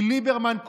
כי ליברמן,